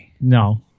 No